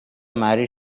married